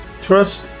Trust